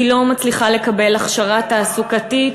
והיא לא מצליחה לקבל הכשרה תעסוקתית,